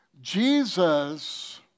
Jesus